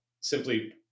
simply